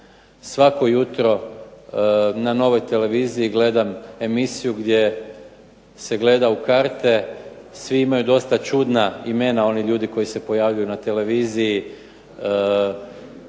Svako jutro na Novoj televiziji gledam emisiju gdje se gleda karte, svi imaju dosta čudna imena oni ljudi koji se pojavljuju na televiziji